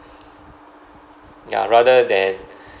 ya rather than